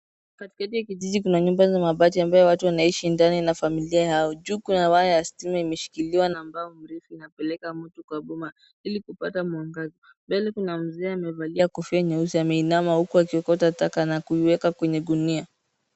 Katikati ya kijiji kuna nyumba za mabati ambayo watu wanaishi ndani na familia yao. Juu kuna waya ya stima imeshkiliwa na mbao mrefu inapeleka moto kwa nyumba ili kupata mwangaza. Mbele kuna mzee amevalia kofia nyeusi ameinama huku akiokota taka na kuiweka kwenye gunia.